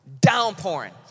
downpouring